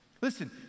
Listen